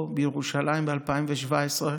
פה בירושלים, ב-2017,